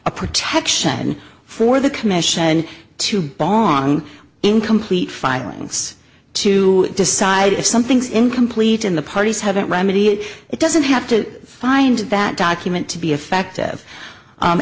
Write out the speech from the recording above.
a protection for the commission to bonge incomplete filings to decide if something's incomplete in the parties haven't remedy it doesn't have to find that document to be effective